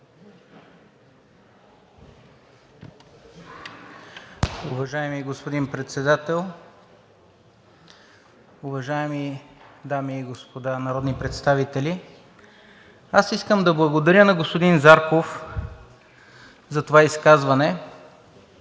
Уважаеми господин Председател, уважаеми дами и господа народни представители! Аз искам да благодаря на господин Зарков за това изказване,